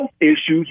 issues